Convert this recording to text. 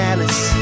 Alice